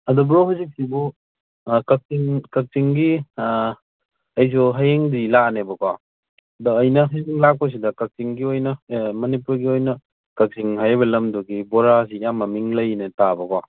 ꯑꯗꯣ ꯕ꯭ꯔꯣ ꯍꯧꯖꯤꯛꯁꯤꯕꯨ ꯀꯛꯆꯤꯡ ꯀꯥꯛꯆꯤꯡꯒꯤ ꯑꯩꯁꯨ ꯍꯌꯦꯡꯕꯨꯗꯤ ꯂꯥꯛꯑꯅꯦꯕꯀꯣ ꯑꯗꯣ ꯑꯩꯅ ꯍꯌꯦꯡ ꯂꯥꯛꯄꯁꯤꯗ ꯀꯛꯆꯤꯡꯒꯤ ꯑꯣꯏꯅ ꯃꯅꯤꯄꯨꯔꯒꯤ ꯑꯣꯏꯅ ꯀꯛꯆꯤꯡ ꯍꯥꯏꯔꯤꯕ ꯂꯝꯗꯨꯒꯤ ꯕꯣꯔꯥꯁꯤ ꯌꯥꯝ ꯃꯃꯤꯡ ꯂꯩꯅ ꯇꯥꯕꯀꯣ